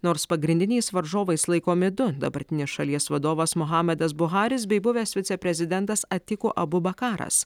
nors pagrindiniais varžovais laikomi du dabartinis šalies vadovas muhamedas buharis bei buvęs viceprezidentas atiku abu bakaras